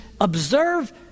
observe